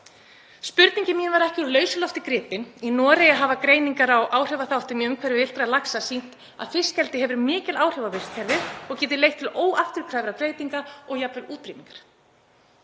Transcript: Spurning mín var ekki úr lausu lofti gripin. Í Noregi hafa greiningar á áhrifaþáttum í umhverfi villtra laxa sýnt að fiskeldi hefur mikil áhrif á vistkerfið og getur leitt til óafturkræfrar breytingar og jafnvel útrýmingar.